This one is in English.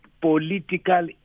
political